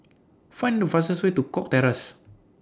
Find The fastest Way to Cox Terrace